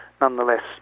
nonetheless